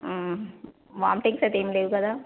vomitings అయితే ఏమి లేవు కదా